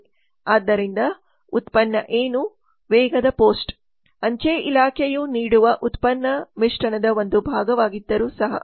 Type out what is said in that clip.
ಆದ್ದರಿಂದ ಉತ್ಪನ್ನ ಏನು ವೇಗದ ಪೋಸ್ಟ್ ಅಂಚೆ ಇಲಾಖೆಯು ನೀಡುವ ಉತ್ಪನ್ನ ಮಿಶ್ರಣದ ಒಂದು ಭಾಗವಾಗಿದ್ದರೂ ಸಹ